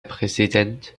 präsident